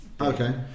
okay